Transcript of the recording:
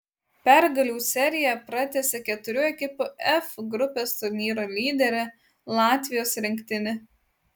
pergalių seriją pratęsė keturių ekipų f grupės turnyro lyderė latvijos rinktinė